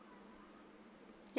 yu~